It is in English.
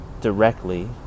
directly